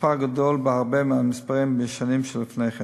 מספר גדול בהרבה מהמספרים שהיו בשנים שלפני כן.